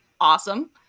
awesome